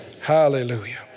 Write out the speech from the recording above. hallelujah